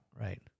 Right